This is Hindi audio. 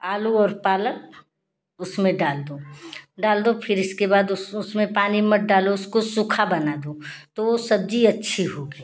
आलू और पालक उसमें डाल दो डाल दो फिर इसके बाद उस उसमें पानी मत डालो उसको सूखा बना दो तो वो सब्जी अच्छी होगी